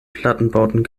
plattenbauten